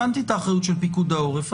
הבנתי את האחריות של פיקוד העורף.